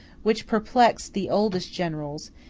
which perplexed the oldest generals,